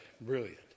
brilliant